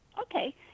okay